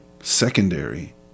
secondary